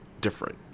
different